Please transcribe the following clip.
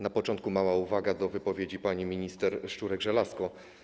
Na początku mała uwaga dotycząca wypowiedzi pani minister Szczurek-Żelazko.